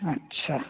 अच्छा